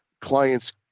clients